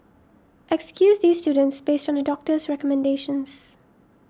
excuse these students based on a doctor's recommendations